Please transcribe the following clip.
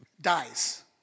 dies